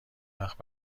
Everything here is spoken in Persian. وقت